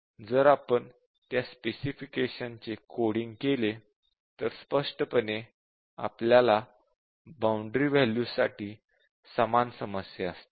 जर आपण त्या स्पेसिफिकेशनचे कोडींग केले तर स्पष्टपणे आपल्याला बाउंडरी वॅल्यू साठी समान समस्या असतील